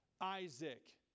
Isaac